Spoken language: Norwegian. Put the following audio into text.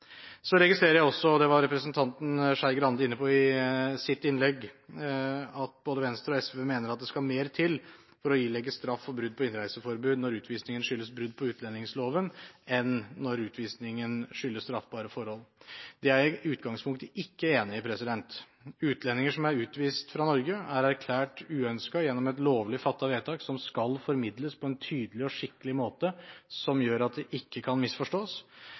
registrerer også – representanten Skei Grande var inne på det i sitt innlegg – at både Venstre og SV mener at det skal mer til for å ilegge straff for brudd på innreiseforbudet når utvisningen skyldes brudd på utlendingsloven, enn når utvisningen skyldes straffbare forhold. Det er jeg i utgangspunktet ikke enig i. Utlendinger som er utvist fra Norge, er erklært uønsket gjennom et lovlig fattet vedtak, som skal formidles på en tydelig og skikkelig måte, slik at det ikke kan misforstås.